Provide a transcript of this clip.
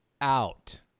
out